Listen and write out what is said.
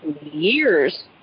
years